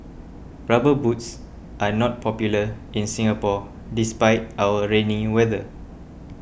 rubber boots are not popular in Singapore despite our rainy weather